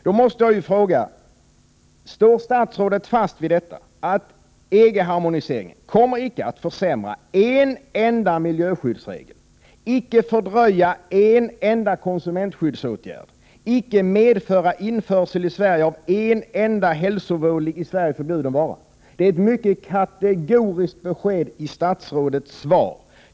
Då måste jag fråga: Står statsrådet fast vid att EG-harmoniseringen inte kommer att försämra en enda miljöskyddsregel, inte fördröja en enda konsumentskyddsåtgärd, inte medföra införsel i Sverige av en enda hälsovådlig i Sverige förbjuden vara? I statsrådets svar ges ett mycket kategoriskt besked.